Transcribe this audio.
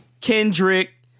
Kendrick